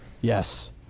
Yes